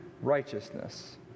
Righteousness